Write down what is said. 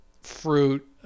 fruit